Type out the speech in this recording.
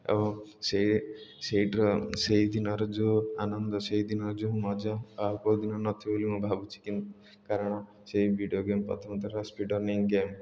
ଏବଂ ସେଇ ସେଇଟିର ସେଇଦିନର ଯେଉଁ ଆନନ୍ଦ ସେଇଦିନର ଯେଉଁ ମଜା ଆଉ କେଉଁ ଦିନ ନ ଥିବ ବୋଲି ମୁଁ ଭାବୁଛି କାରଣ ସେଇ ଭିଡ଼ିଓ ଗେମ୍ ପ୍ରଥମତଃ ସ୍ପିଡ଼୍ ରନିଂ ଗେମ୍